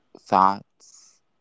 thoughts